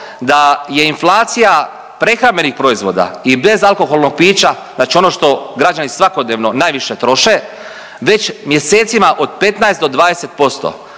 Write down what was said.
da je inflacija prehrambenih proizvoda i bezalkoholnog pića, znači ono što građani svakodnevno najviše troše, već mjesecima od 15 do 20%,